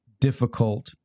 difficult